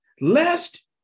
lest